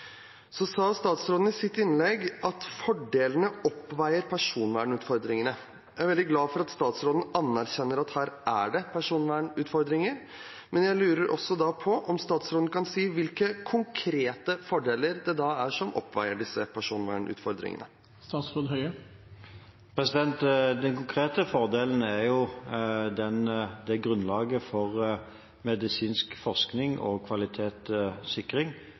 Så sa statsråden i sitt innlegg at fordelene oppveier personvernutfordringene. Jeg er veldig glad for at statsråden anerkjenner at her er det personvernutfordringer, men jeg lurer også på om statsråden kan si hvilke konkrete fordeler det er som oppveier disse personvernutfordringene. Den konkrete fordelen er det grunnlaget for medisinsk forskning og kvalitetssikring